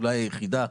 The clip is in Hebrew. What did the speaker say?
אולי היחידה,